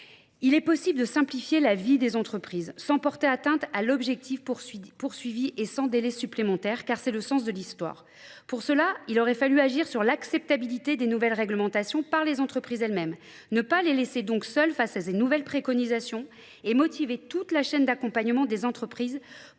Il est possible de simplifier la vie des entreprises sans porter atteinte à l'objectif poursuivi et sans délai supplémentaire car c'est le sens de l'histoire. Pour cela, il aurait fallu agir sur l'acceptabilité des nouvelles réglementations par les entreprises elles-mêmes. Ne pas les laisser donc seules face à ces nouvelles préconisations et motiver toute la chaîne d'accompagnement des entreprises